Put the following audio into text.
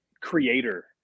creator